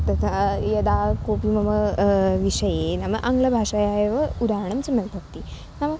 तथा यदा कोपि मम विषये नाम आङ्ग्लभाषाया एव उदाहरणं सम्यक् भवति नाम